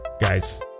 guys